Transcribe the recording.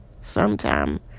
sometime